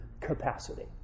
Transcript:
capacity